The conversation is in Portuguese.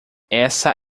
essa